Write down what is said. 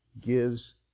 gives